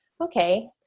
okay